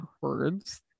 words